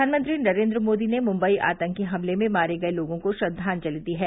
प्रघानमंत्री नरेंद्र मोदी ने मुख्ई आतंकी हमले में मारे गए लोर्गो को श्रद्दांजलि दी है